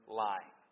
line